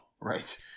Right